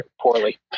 Poorly